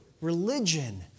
religion